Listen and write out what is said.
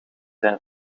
zijn